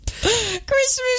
Christmas